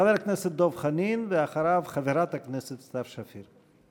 חבר הכנסת דב חנין, ואחריו, חברת הכנסת סתיו שפיר.